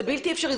זה בלתי אפשרי.